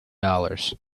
dollars